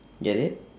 get it